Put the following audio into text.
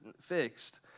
fixed